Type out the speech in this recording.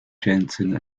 jensen